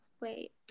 wait